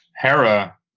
Hera